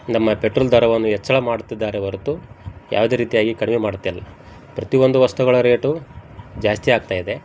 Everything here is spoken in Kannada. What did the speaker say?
ನಮ್ಮ ಪೆಟ್ರೋಲ್ ದರವನ್ನು ಹೆಚ್ಚಳ ಮಾಡುತ್ತಿದ್ದಾರೆ ಹೊರತು ಯಾವುದೇ ರೀತಿಯಾಗಿ ಕಡಿಮೆ ಮಾಡುತ್ತಿಲ್ಲ ಪ್ರತಿಯೊಂದು ವಸ್ತುಗಳ ರೇಟೂ ಜಾಸ್ತಿ ಆಗ್ತಾ ಇದೆ